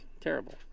terrible